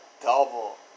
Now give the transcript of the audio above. double